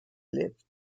lived